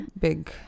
Big